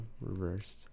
reversed